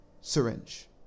syringe